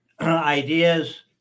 ideas